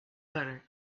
butter